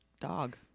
dog